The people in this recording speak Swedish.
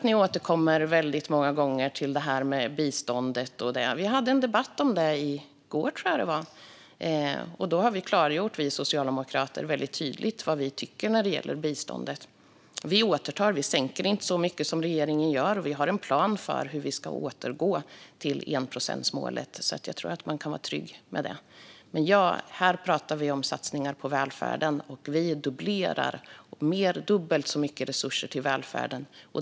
Ni återkommer väldigt många gånger till detta med biståndet. Vi hade en debatt om det i går. Då klargjorde vi socialdemokrater tydligt vad vi tycker när det gäller biståndet. Vi återtar. Vi sänker inte så mycket som regeringen. Vi har en plan för hur vi ska återgå till enprocentsmålet. Jag tror att man kan vara trygg med det. Men här pratar vi om satsningar på välfärden. Vi dubblerar och ger mer än dubbelt så mycket resurser till välfärden.